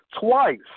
twice